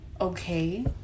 okay